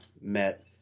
met